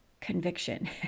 conviction